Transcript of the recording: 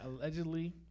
allegedly